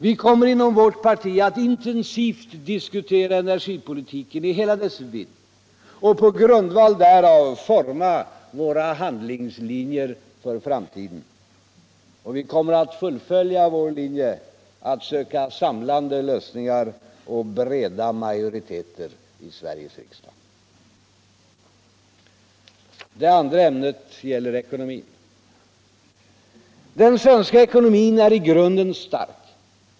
Vi kommer inom vårt parti att intensivt diskutera energipolitiken i hela dess vidd och på grundval därav forma våra handlingslinjer för frumtiden. Vi kommer att fullfölja vår linje att söka samlande lösningar och breda muajoriteter i Sveriges riksdag. Det andra ämnet gäller ekonomin. Den svenska ekonomin är i grunden stark.